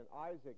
Isaac